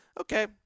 Okay